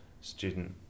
student